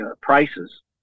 prices